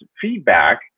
feedback